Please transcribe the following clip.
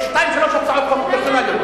אני לא מסכים לשום אחוז מהמאמרים שלו,